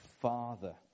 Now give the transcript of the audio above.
Father